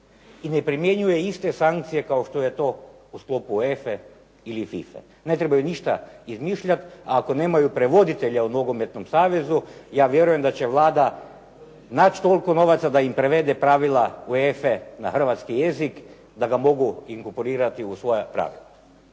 i ne primjenjuje iste sankcije kao što je to u sklopu UEFA-e ili FIFA-e. Ne trebaju ništa izmišljati ako nemaju prevoditelja u nogometnom savezu. Ja vjerujem da će Vlada naći toliko novaca da im prevede pravila UEFA-a na hrvatski jezik da ga mogu inkorporirati u svoja pravila.